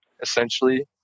essentially